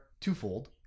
twofold